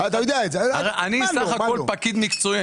אני בסך הכול פקיד מקצועי.